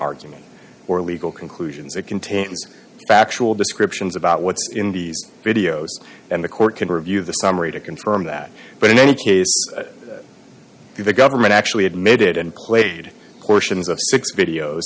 argument or legal conclusions it contains factual descriptions about what's in these videos and the court can review the summary to confirm that but in any case the government actually admitted and played portions